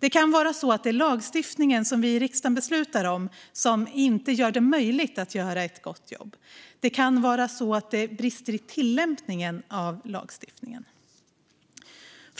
Det kan vara så att den lagstiftning riksdagen beslutat om gör det omöjligt att göra ett gott jobb eller så kan det brista i tillämpningen av lagstiftningen.